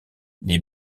les